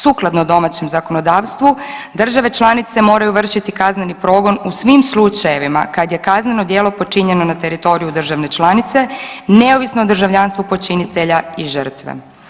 Sukladno domaćem zakonodavstvu države članice moraju vršiti kazneni progon u svim slučajevima kada je kazneno djelo počinjeno na teritoriju države članice neovisno o državljanstvu počinitelja i žrtve.